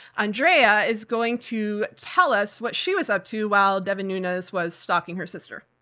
andrea is going to tell us what she was up to while devin nunes was stalking her sister.